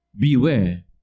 Beware